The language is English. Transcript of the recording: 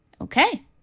Okay